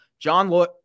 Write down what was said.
John